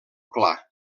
clar